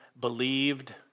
believed